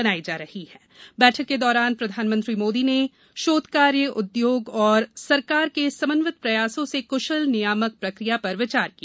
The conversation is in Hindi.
बैठक के दौरान प्रधानमंत्री मोदी ने शोधकार्य उदयोग और सरकार के समन्वित प्रयासों से कृशल नियामक प्रक्रिया पर विचार किया